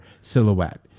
silhouette